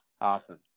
awesome